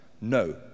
No